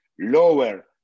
lower